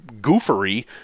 goofery